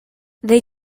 they